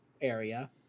area